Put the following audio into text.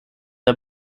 der